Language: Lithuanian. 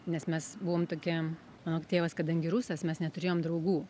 nes mes buvom tokie mano tėvas kadangi rusas mes neturėjom draugų